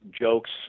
jokes